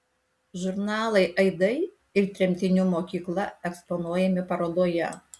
žurnalai aidai ir tremtinių mokykla eksponuojami parodoje